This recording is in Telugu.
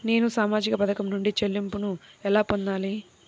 నేను సామాజిక పథకం నుండి చెల్లింపును ఎలా పొందాలి?